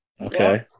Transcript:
Okay